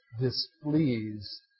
displeased